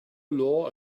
law